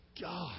God